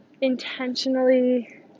intentionally